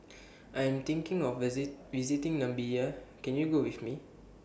I Am thinking of visit visiting Namibia Can YOU Go with Me